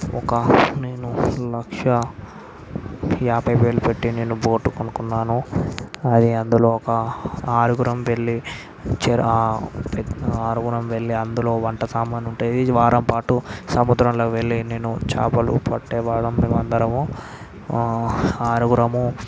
ఒక నేను లక్ష యాభై వేలు పెట్టి నేను బోటు కొనుక్కున్నాను అది అందులో ఒక ఆరుగురం వెళ్ళి చేరో ఆరుగురం వెళ్ళి అందులో వంట సామాన్లు ఉంటాయి వారం పాటు సముద్రంలో వెళ్ళి నేను చేపలు పట్టే వాళ్ళము మేమందరం ఆరుగురము